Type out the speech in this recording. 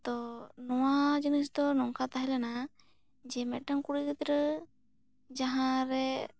ᱛᱚ ᱱᱚᱣᱟ ᱡᱤᱱᱤᱥ ᱫᱚ ᱱᱚᱝᱠᱟ ᱛᱟᱦᱮᱸ ᱞᱟᱱᱟ ᱡᱮ ᱢᱮᱫᱴᱟᱝ ᱠᱩᱲᱤ ᱜᱤᱫᱽᱨᱟᱹ ᱡᱟᱦᱟᱸ ᱨᱮ